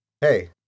Hey